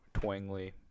twangly